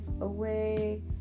away